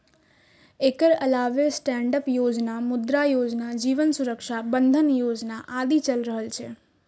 एकर अलावे स्टैंडअप योजना, मुद्रा योजना, जीवन सुरक्षा बंधन योजना आदि चलि रहल छै